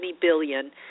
billion